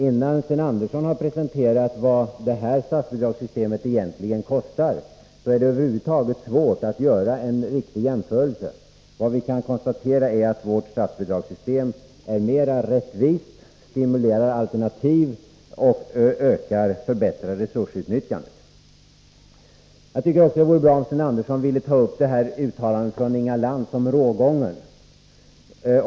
Innan Sten Andersson har presenterat vad det här statsbidragssystemet egentligen kostar är det över huvud taget svårt att göra en riktig jämförelse. Vad vi kan konstatera är att vårt statsbidragssystem är rättvisare, stimulerar alternativ och förbättrar resursutnyttjandet. Jag tycker också att det vore bra, om Sten Andersson ville ta upp Inga Lantz uttalande om ”rågången”.